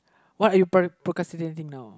what you pr~ procrastinating now